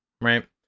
right